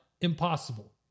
impossible